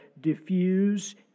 diffuse